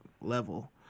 level